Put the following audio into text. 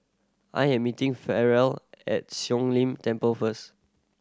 I am meeting Farrell at Siong Lim Temple first